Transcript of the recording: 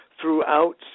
throughout